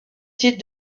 titre